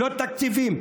לא תקציבים,